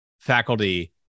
faculty